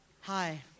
Hi